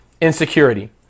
insecurity